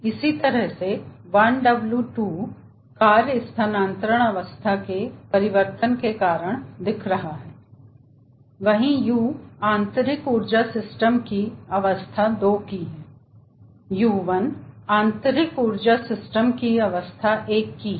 इसी तरह से 1W2 कार्य स्थानांतरण अवस्था के परिवर्तन के कारण दिखा रहा है वही U आंतरिक ऊर्जा सिस्टम के अवस्था दो की है और U1 आंतरिक ऊर्जा सिस्टम की अवस्था एक की है